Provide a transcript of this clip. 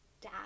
dad